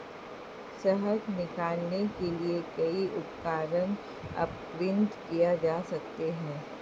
शहद निकालने के लिए कई उपकरण अपग्रेड किए जा सकते हैं